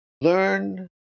learn